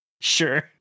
Sure